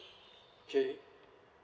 okay